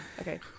Okay